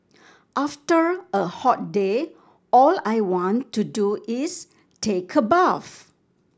after a hot day all I want to do is take a bath